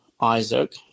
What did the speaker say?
Isaac